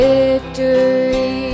Victory